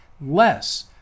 less